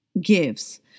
gives